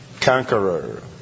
conqueror